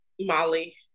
Molly